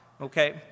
Okay